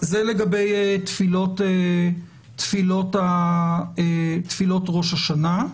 זה לגבי תפילות ראש השנה.